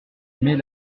mais